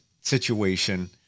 situation